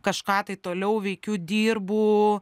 kažką tai toliau veikiu dirbu